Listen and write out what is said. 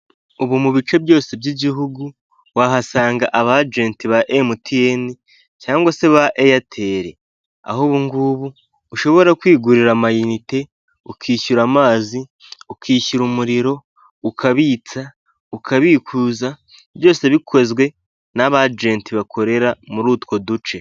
Ubu mu bice byose by'igihugu wahasanga abajenti ba emutiyene cyangwa se ba eyateri, aho ubungubu ushobora kwigurira amayinite, ukishyura amazi, ukishyirara umuriro, ukabitsa, ukabikuza byose bikozwe n'abajenti bakorera muri utwo duce.